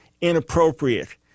inappropriate